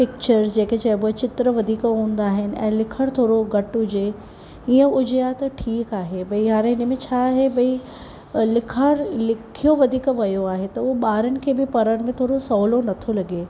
pictures जेके चइबो आहे चित्र वधीक हूंदा आहिनि ऐं लिखणु थोरो घटि हुजे ईअं हुजे आहे त ठीकु आहे भई हाणे हिन में छा आहे भई लिखणु लिखियो वधीक वियो आहे त उहो ॿारनि खे बि पढ़ण में थोरो सहुलो नथो लॻे